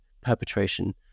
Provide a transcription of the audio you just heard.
perpetration